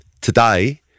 today